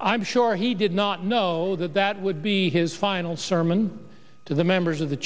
i'm sure he did not know that that would be his final sermon to the members of the